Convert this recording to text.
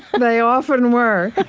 they often were,